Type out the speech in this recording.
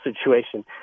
situation